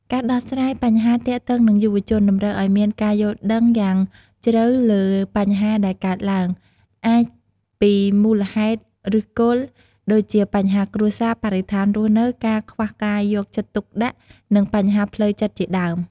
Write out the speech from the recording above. ការដោះស្រាយបញ្ហាទាក់ទងនឹងយុវជន តម្រូវឲ្យមានការយល់ដឹងយ៉ាងជ្រៅលើបញ្ហាដែលកើតឡើង អាចពីមូលហេតុឬសគល់ ដូចជាបញ្ហាគ្រួសារ បរិស្ថានរស់នៅ ការខ្វះការយកចិត្តទុកដាក់ និងបញ្ហាផ្លូវចិត្តជាដើម។